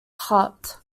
haut